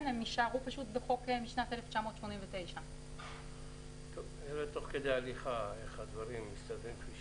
הם יישארו בחוק משנת 1989. נראה תוך כדי הליכה איך הדברים מסתדרים.